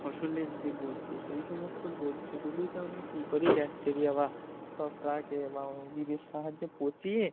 ফসলের যে বর্জ্য সেই সমস্ত বর্জ্যগুলিকে আমরা কী করি ব্যাকটেরিয়া বা ছত্রাকের বা অণুজীবের সাহায্যে পচিয়ে